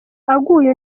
aguye